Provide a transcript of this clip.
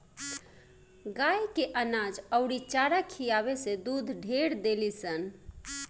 गाय के अनाज अउरी चारा खियावे से दूध ढेर देलीसन